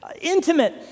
intimate